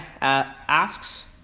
asks